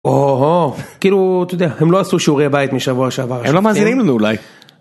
כאילו, הם לא עשו שיעורי הית משבוע שעבר הם לא מאזינים לנו, אולי.